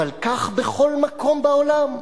אבל כך בכל מקום בעולם.